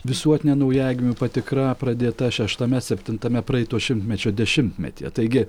visuotinė naujagimių patikra pradėta šeštame septintame praeito šimtmečio dešimtmetyje taigi